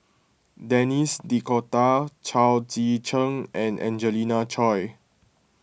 Denis D'Cotta Chao Tzee Cheng and Angelina Choy